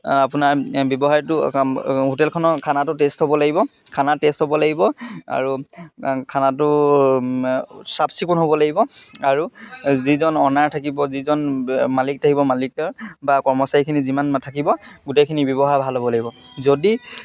আপোনাৰ ব্যৱহাৰটো হোটেলখনৰ খানাটো টেষ্ট হ'ব লাগিব খানা টেষ্ট হ'ব লাগিব আৰু খানাটো চাফ চিকুণ হ'ব লাগিব আৰু যিজন অনাৰ থাকিব যিজন মালিক থাকিব মালিকৰ বা কৰ্মচাৰীখিনি যিমান থাকিব গোটেইখিনিৰ ব্যৱহাৰ ভাল হ'ব লাগিব যদি